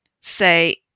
say